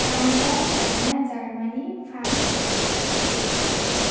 Canada China Germany France Australia